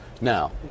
Now